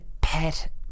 pet